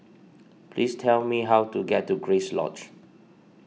please tell me how to get to Grace Lodge